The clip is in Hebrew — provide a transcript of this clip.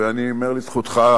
ואני אומר לזכותך,